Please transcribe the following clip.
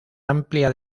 amplia